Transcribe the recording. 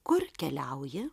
kur keliauji